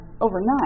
overnight